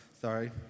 sorry